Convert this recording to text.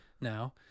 now